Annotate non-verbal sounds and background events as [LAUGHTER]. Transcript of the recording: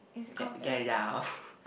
get get it out [LAUGHS]